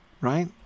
Right